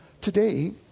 today